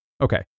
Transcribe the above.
Okay